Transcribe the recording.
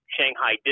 Shanghai